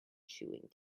chewing